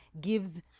gives